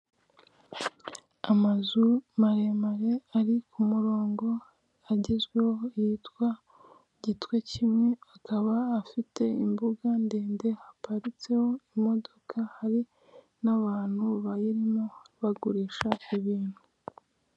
Amazu maremare ari ku murongo agezweho yitwa gitwe kimwe akaba afite imbuga ndende haparitseho imodoka hari n'abantu bayirimo bagurisha ibintu .